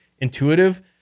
intuitive